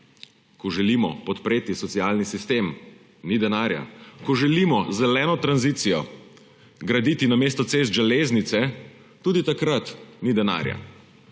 ko želimo podpreti socialni sistem, ni denarja, ko želimo z zeleno tranzicijo graditi namesto cest železnice, tudi takrat ni denarja.